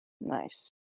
Nice